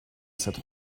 cette